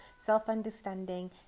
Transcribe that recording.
self-understanding